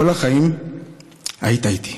כל החיים היית איתי.